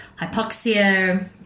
hypoxia